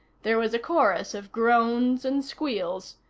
there was a chorus of groans and squeals,